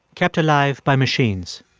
kept alive by machines.